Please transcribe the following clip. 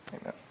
Amen